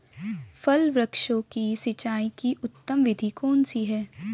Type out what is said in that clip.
फल वृक्षों की सिंचाई की उत्तम विधि कौन सी है?